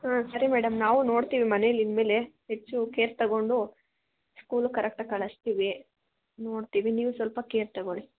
ಹಾಂ ಸರಿ ಮೇಡಮ್ ನಾವು ನೋಡ್ತೀವಿ ಮನೇಲಿ ಇನ್ನುಮೇಲೆ ಹೆಚ್ಚು ಕೇರ್ ತೊಗೊಂಡು ಸ್ಕೂಲ್ಗೆ ಕರೆಕ್ಟಾಗಿ ಕಳಿಸ್ತೀವಿ ನೋಡ್ತೀವಿ ನೀವು ಸ್ವಲ್ಪ ಕೇರ್ ತೊಗೋಳಿ